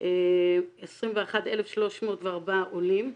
21,304 עולים.